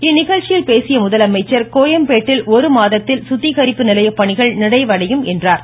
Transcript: இந்நிகழ்ச்சியில் பேசிய முதலமைச்சர் கோயம்பேட்டில் ஒரு மாதத்தில் சுத்திகரிப்பு நிலைய பணிகள் நிறைவடையும் என்றார்